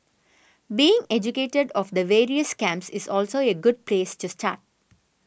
being educated of the various scams is also a good place to start